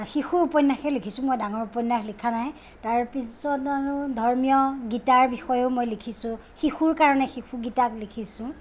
শিশু উপন্যাসেই লিখিছোঁ মই ডাঙৰ উপন্যাস লিখা নাই তাৰ পিছত আৰু ধৰ্মীয় গীতাৰ বিষয়েও মই লিখিছোঁ শিশুৰ কাৰণে শিশু গীতা লিখিছোঁ